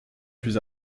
plus